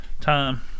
Time